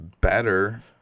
better